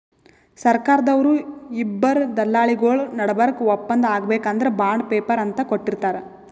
ಸರ್ಕಾರ್ದವ್ರು ಇಬ್ಬರ್ ದಲ್ಲಾಳಿಗೊಳ್ ನಡಬರ್ಕ್ ಒಪ್ಪಂದ್ ಆಗ್ಬೇಕ್ ಅಂದ್ರ ಬಾಂಡ್ ಪೇಪರ್ ಅಂತ್ ಕೊಟ್ಟಿರ್ತಾರ್